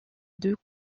deux